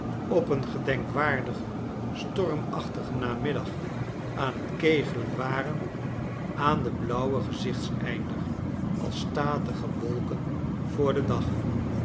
op een gedenkwaardigen stormachtigen namiddag aan tkegelen waren aan den blauwen gezichteinder als statige wolken voor den dag